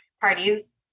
parties